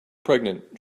pregnant